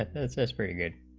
this is pretty good